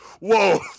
Whoa